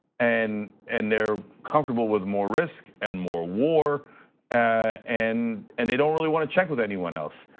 and and they're comfortable with more risk and more war and and they don't really want to check with anyone else.